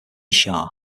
shah